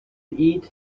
eat